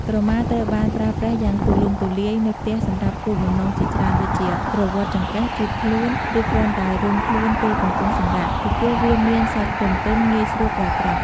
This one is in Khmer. ក្រមាត្រូវបានប្រើប្រាស់យ៉ាងទូលំទូលាយនៅផ្ទះសម្រាប់គោលបំណងជាច្រើន ដូចជាក្រវាត់ចង្កេះ ជូតខ្លួន ឬគ្រាន់តែរុំខ្លួនពេលកំពុងសម្រាក ពីព្រោះវាមានសាច់ទន់ៗងាយស្រួលប្រើប្រាស់។